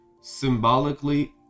symbolically